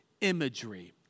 imagery